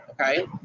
okay